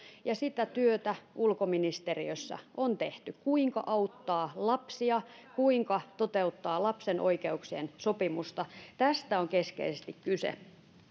ja sitä työtä ulkoministeriössä on tehty kuinka auttaa lapsia kuinka toteuttaa lapsen oikeuksien sopimusta tästä on keskeisesti kyse